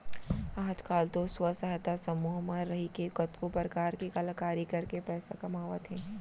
आज काल तो स्व सहायता समूह म रइके कतको परकार के कलाकारी करके पइसा कमावत हें